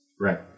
right